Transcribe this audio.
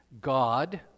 God